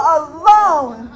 alone